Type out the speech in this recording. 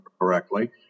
correctly